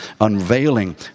unveiling